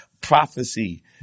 Prophecy